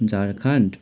Jharkhand